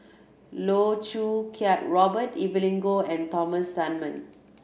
Loh Choo Kiat Robert Evelyn Goh and Thomas Dunman